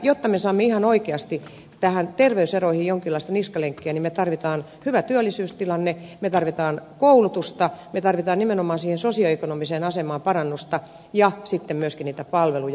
jotta me saamme ihan oikeasti terveyseroihin jonkinlaista niskalenkkiä me tarvitsemme hyvän työllisyystilanteen me tarvitsemme koulutusta me tarvitsemme nimenomaan sosioekonomiseen asemaan parannusta ja sitten myöskin niitä palveluja